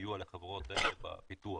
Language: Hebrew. בסיוע לחברות בפיתוח,